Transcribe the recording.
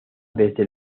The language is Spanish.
desde